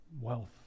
wealth